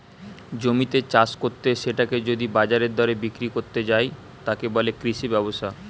জমিতে চাষ কত্তে সেটাকে যদি বাজারের দরে বিক্রি কত্তে যায়, তাকে বলে কৃষি ব্যবসা